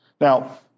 Now